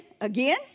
again